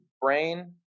brain